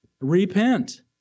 Repent